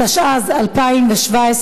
התשע"ז 2017,